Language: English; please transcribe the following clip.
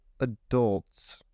Adults